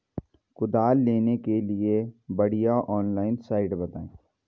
कुदाल लेने के लिए बढ़िया ऑनलाइन साइट बतायें?